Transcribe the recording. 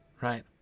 right